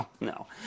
no